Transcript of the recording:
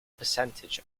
percentage